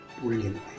brilliantly